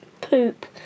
poop